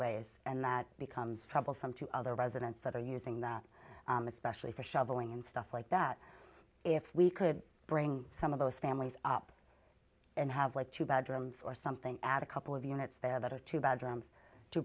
ways and that becomes troublesome to other residents that are using that especially for shoveling and stuff like that if we could bring some of those families up and have like two bedrooms or something add a couple of units there that are two bedrooms to